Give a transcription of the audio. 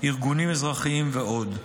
ארגונים אזרחיים ועוד.